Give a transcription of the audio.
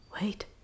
wait